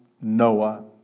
Noah